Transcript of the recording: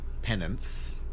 penance